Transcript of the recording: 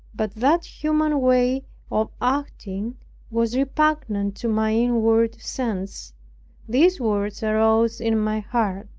but that human way of acting was repugnant to my inward sense these words arose in my heart,